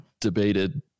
debated